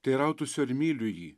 teirautųsi ar myliu jį